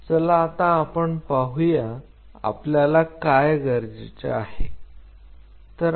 चला आता आपण पाहुया आपल्याला काय गरजेचे आहे